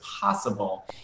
possible